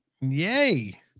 Yay